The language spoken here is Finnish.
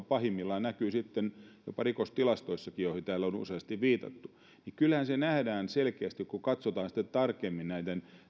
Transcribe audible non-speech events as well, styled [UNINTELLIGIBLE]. [UNINTELLIGIBLE] pahimmillaan näkyy jopa rikostilastoissa joihin täällä on useasti viitattu niin kyllähän se nähdään selkeästi kun katsotaan sitten tarkemmin näiden